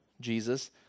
Jesus